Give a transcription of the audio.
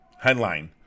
headline